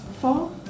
Four